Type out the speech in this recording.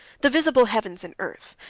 the visible heavens and earth,